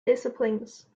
disciplines